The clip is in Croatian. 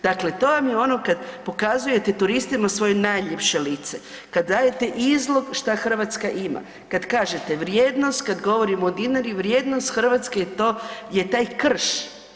Dakle, to vam je ono kada pokazujete turistima svoje najljepše lice, kad dajte izlog šta Hrvatska ima, kad kažete vrijednost, kada govorimo o Dinari, vrijednost Hrvatske je taj krš.